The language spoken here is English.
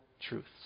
truths